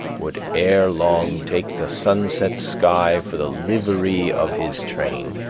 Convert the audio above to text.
would ere long take the sunset sky for the livery of his train